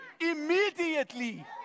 Immediately